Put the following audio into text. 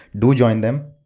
do join them.